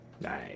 Nice